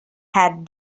had